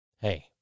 hey